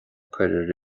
cuireadh